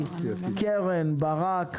קרן ברק,